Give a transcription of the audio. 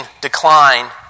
decline